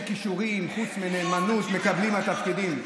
כישורים חוץ מנאמנות מקבלים תפקידים.